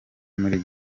muri